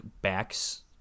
backs